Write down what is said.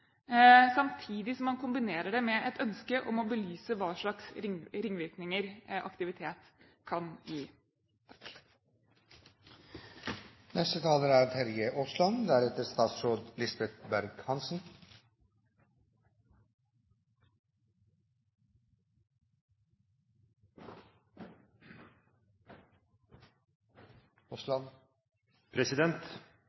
samtidig som man kombinerer det med et ønske om å belyse hva slags ringvirkninger aktivitet kan gi. Dette er